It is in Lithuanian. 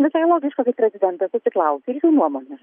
visai logiška kai prezidentas atsiklausė ir jų nuomonės